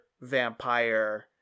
vampire